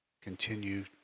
Continue